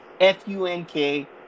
F-U-N-K